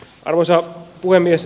arvoisa puhemies